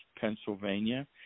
Pennsylvania